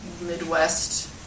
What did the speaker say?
Midwest